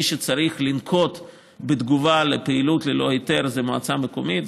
מי שצריך לנקוט תגובה לפעילות ללא היתר זה המועצה המקומית.